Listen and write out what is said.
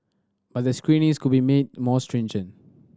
but the screenings could be made more stringent